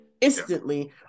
instantly